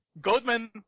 Goldman